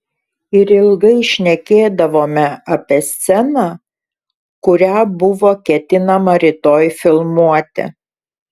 ir ilgai šnekėdavome apie sceną kurią buvo ketinama rytoj filmuoti